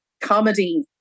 comedy